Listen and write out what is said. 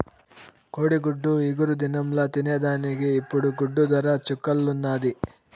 కోడిగుడ్డు ఇగురు దినంల తినేదానికి ఇప్పుడు గుడ్డు దర చుక్కల్లున్నాది